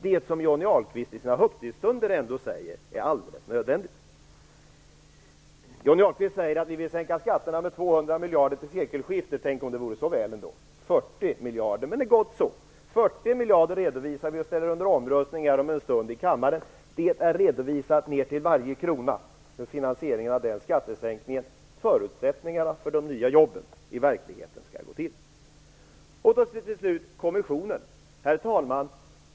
Det är det som Johnny Ahlqvist i sina högtidsstunder ändå säger är alldeles nödvändigt. Johnny Ahlqvist säger att vi moderater vill sänka skatterna med 200 miljarder till sekelskiftet. Tänk om det ändå vore så väl! Det rör sig om 40 miljarder, men det är gott så. 40 miljarder redovisar vi och ställer under omröstning här om en stund i kammaren. Finansieringen av den skattesänkningen är redovisad ner till varje krona och hur förutsättningen för de nya jobben skall skapas i verkligheten. Herr talman! Slutligen till frågan om kommissionen.